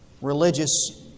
religious